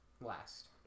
last